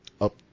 up